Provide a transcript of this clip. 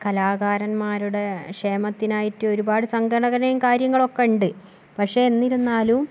കലാകാരന്മാരുടെ ക്ഷേമത്തിനായിട്ട് ഒരുപാട് സംഘടനയും കാര്യങ്ങളും ഒക്കെ ഉണ്ട് പക്ഷേ എന്നിരുന്നാലും